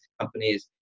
companies